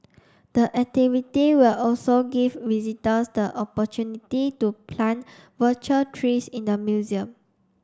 the activity will also give visitors the opportunity to plant virtual trees in the museum